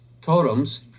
totems